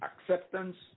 acceptance